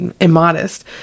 immodest